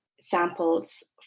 samples